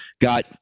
got